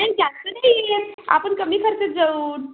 नाही जास्त नाही आहेत आपण कमी खर्चात जाऊ